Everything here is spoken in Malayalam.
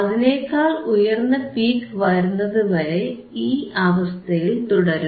അതിനേക്കാൾ ഉയർന്ന പീക്ക് വരുന്നതുവരെ ഈ അവസ്ഥയിൽ തുടരും